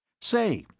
say,